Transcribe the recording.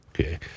Okay